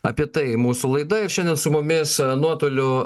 apie tai mūsų laida ir šiandien su mumis nuotoliu